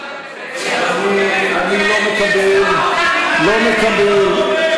אבל הרבנים הראשיים לא מוכנים לקיים דיאלוג.